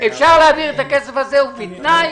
אפשר להעביר את הכסף הזה, ובתנאי